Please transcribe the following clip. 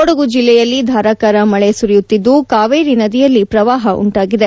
ಕೊಡಗು ಜಿಲ್ಲೆಯಲ್ಲಿ ಧಾರಾಕಾರ ಮಳೆ ಸುರಿಯುತ್ತಿದ್ದು ಕಾವೇರಿ ನದಿಯಲ್ಲಿ ಪ್ರವಾಹ ಉಂಟಾಗಿದೆ